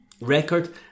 record